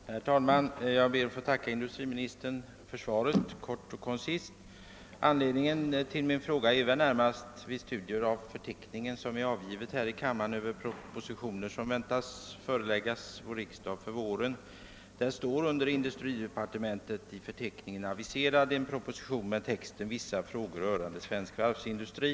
Herr talman! Jag ber att få tacka industriministern för svaret, som är kort och koncist. Anledningen till min fråga är närmast att jag vid studium av förteckningen Över propositioner som väntas föreläggas kammaren under våren har funnit att det aviseras en proposition från industridepartementet om vissa frågor rörande svensk varvsindustri.